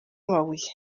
amabuye